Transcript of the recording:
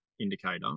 indicator